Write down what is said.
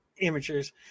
amateurs